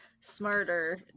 smarter